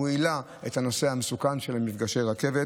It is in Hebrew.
והוא העלה את הנושא של מפגשי הרכבת